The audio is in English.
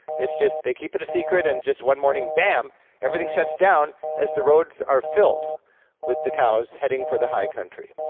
it's just, they keep it a secret, and just one morning bam everything shuts down as the roads are filled with the cows heading for the high country.